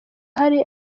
hari